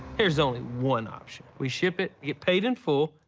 there's only one option. we ship it, get paid in full.